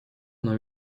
она